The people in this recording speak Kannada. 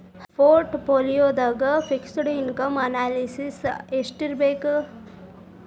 ಪೊರ್ಟ್ ಪೋಲಿಯೊದಾಗ ಫಿಕ್ಸ್ಡ್ ಇನ್ಕಮ್ ಅನಾಲ್ಯಸಿಸ್ ಯೆಸ್ಟಿರ್ಬಕ್?